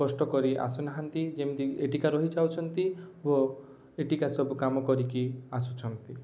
କଷ୍ଟ କରି ଆସୁନାହାଁନ୍ତି ଯେମିତି ଏଠିକାର ରହି ଯାଉଛନ୍ତି ଓ ଏଠିକା ସବୁ କାମ କରିକି ଆସୁଛନ୍ତି